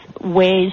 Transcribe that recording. ways